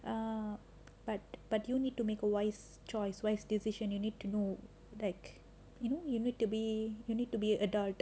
uh but but you need to make a wise choice wise decision you need to know that you know like you need to be you need to be adult